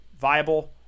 viable